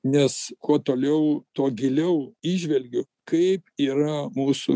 nes kuo toliau tuo giliau įžvelgiu kaip yra mūsų